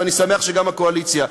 ואני שמח שגם הקואליציה,